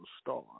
star